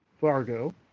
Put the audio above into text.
Fargo